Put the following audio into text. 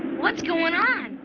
what's going on?